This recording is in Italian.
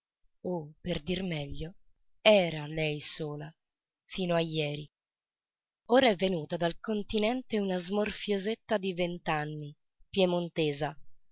o per dir meglio era lei sola fino a jeri ora è venuta dal continente una smorfiosetta di vent'anni piemontesa